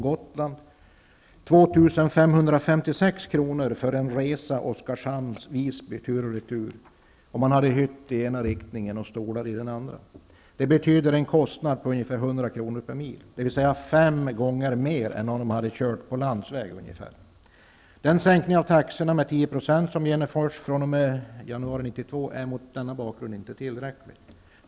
Gotland 2 556 kr. för en resa Oskarshamn--Visby tur och retur, med hytt i ena riktningen och stolar i den andra. Det betyder en kostnad på ungefär 100 kr. per mil, dvs. ca fem gånger mer än om de kört på landsväg. Den sänkning av taxorna med 10 % som genomförts fr.o.m. 1 januari 1992 är mot denna bakgrund inte tillräcklig.